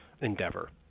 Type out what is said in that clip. endeavor